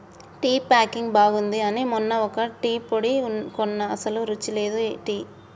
tea packing బాగుంది అని మొన్న ఒక టీ పొడి కొన్న అస్సలు రుచి లేదు టీ